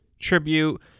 tribute